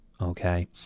okay